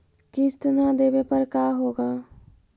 किस्त न देबे पर का होगा?